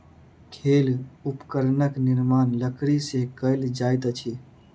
खेल उपकरणक निर्माण लकड़ी से कएल जाइत अछि